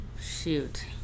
Shoot